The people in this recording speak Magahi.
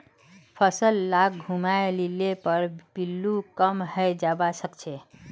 फसल लाक घूमाय लिले पर पिल्लू कम हैं जबा सखछेक